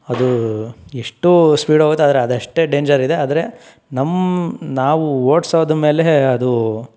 ಅದು ಎಷ್ಟು ಸ್ಪೀಡ್ ಹೋಗುತ್ತೆ ಆದ್ರೆ ಅದು ಅಷ್ಟೇ ಡೇಂಜರ್ ಇದೆ ಆದರೆ ನಮ್ಮ ನಾವು ಓಡ್ಸೋದು ಮೇಲೆ ಅದು